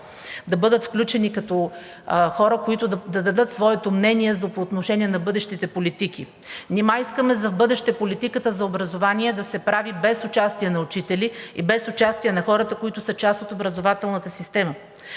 да бъдат включени като хора, които да дадат своето мнение по отношение на бъдещите политики. Нима искаме в бъдеще политиката за образование да се прави без участие на учители и без участие на хората, които са част от образователната система?